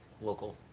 local